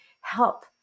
help